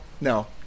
No